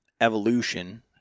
evolution